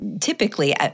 typically